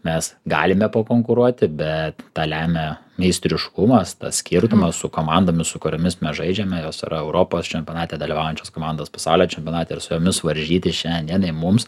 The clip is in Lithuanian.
mes galime pakonkuruoti bet tą lemia meistriškumas tas skirtumas su komandomis su kuriomis mes žaidžiame jos yra europos čempionate dalyvaujančios komandos pasaulio čempionate ir su jomis varžytis šiandie dienai mums